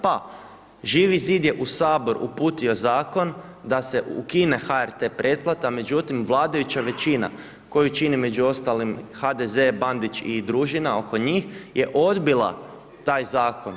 Pa Živi zid je u Sabor uputio zakon da se ukine HRT pretplata međutim vladajuća većina koju čini među ostalim HDZ, Bandić i družina, oko njih je odbila taj zakon.